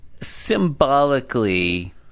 Symbolically